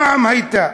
פעם הייתה.